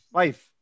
wife